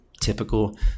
typical